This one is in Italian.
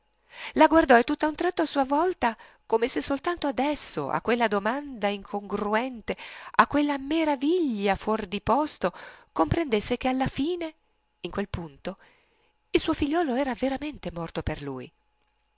la guardò e tutt'a un tratto a sua volta come se soltanto adesso a quella domanda incongruente a quella meraviglia fuor di posto comprendesse che alla fine in quel punto il suo figliuolo era veramente morto per lui